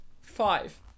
Five